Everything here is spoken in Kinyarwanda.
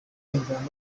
imvano